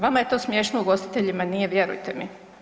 Vama je to smiješno, ugostiteljima nije, vjerujte mi.